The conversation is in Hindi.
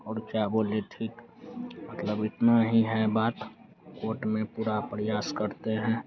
और क्या बोलें ठीक मतलब इतना ही है बात कोट में पुरा प्रयास करते हैं